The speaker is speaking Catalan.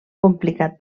complicat